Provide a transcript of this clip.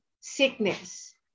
sickness